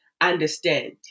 understand